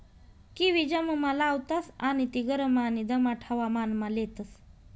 kiwi जम्मुमा लावतास आणि ती गरम आणि दमाट हवामानमा लेतस